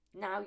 now